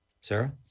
Sarah